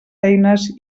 eines